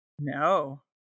No